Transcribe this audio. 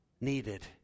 needed